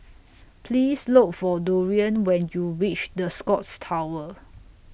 Please Look For Dorian when YOU REACH The Scotts Tower